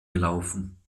gelaufen